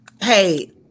hey